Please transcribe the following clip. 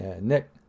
nick